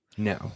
no